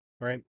right